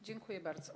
Dziękuję bardzo.